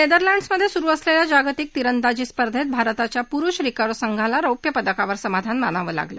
नेदरलँडसमध्ये सुरू असलेल्या जागतिक तिरंदाजी स्पर्धेत भारताच्या पुरूष रिकव्ह संघाला रौप्यपदकावर समाधान मानावं लागलं